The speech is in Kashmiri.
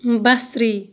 بصری